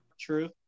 True